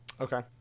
Okay